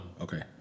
Okay